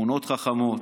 שכונות חכמות,